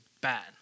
bad